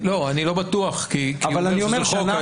לא, אני לא בטוח כשהוא אומר שזה חוק.